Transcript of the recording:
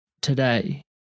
today